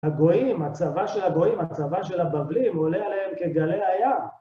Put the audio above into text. הגויים, הצבא של הגויים, הצבא של הבבלים עולה עליהם כגלי הים.